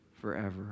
forever